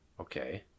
Okay